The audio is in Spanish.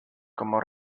como